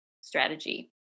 strategy